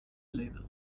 label